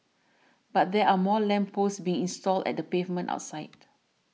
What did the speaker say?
but there are more lamp posts being installed at the pavement outside